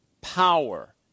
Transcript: power